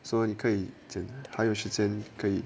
so 你可以 to should 时间可以